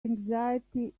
anxiety